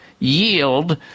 yield